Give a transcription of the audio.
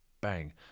bang